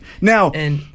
Now